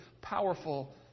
powerful